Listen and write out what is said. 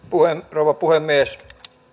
rouva puhemies